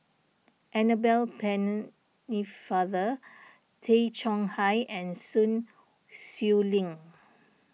Annabel Pennefather Tay Chong Hai and Sun Xueling